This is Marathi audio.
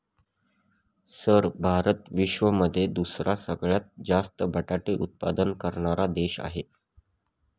सर भारत विश्वामध्ये दुसरा सगळ्यात जास्त बटाटे उत्पादन करणारा देश आहे